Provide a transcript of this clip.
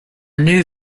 new